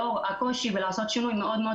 לאור הקושי ולעשות שינוי מאוד מאוד